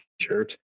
shirt